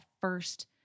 first